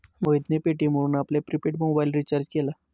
मोहितने पेटीएम वरून आपला प्रिपेड मोबाइल रिचार्ज केला